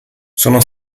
sono